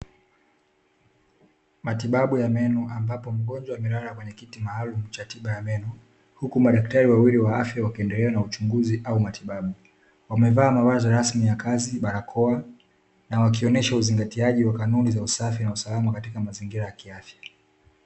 Matibabu ya meno ambapo mgonjwa amelala kwenye kiti maalumu cha tiba ya meno, huku madaktari wawili wakiendelea na uchunguzi au matibabu, wamevaa mavazi rasmi ya kazi, barakoa na wakionyesha uzingatiaji wa kanuni za usafi na usalama katika mazingira ya kiafya.